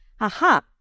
aha